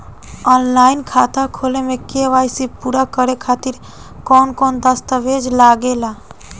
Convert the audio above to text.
Online खाता खोले में के.वाइ.सी पूरा करे खातिर कवन कवन दस्तावेज लागे ला?